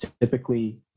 typically